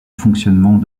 fonctionnement